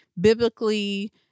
biblically